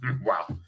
wow